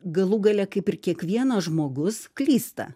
galų gale kaip ir kiekvienas žmogus klysta